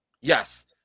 Yes